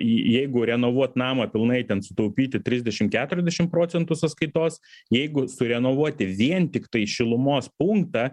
jeigu renovuot namą pilnai ten sutaupyti trisdešim keturiasdešim procentų sąskaitos jeigu surenovuoti vien tiktai šilumos punktą